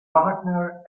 wagner